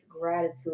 gratitude